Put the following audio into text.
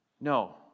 No